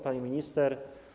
Pani Minister!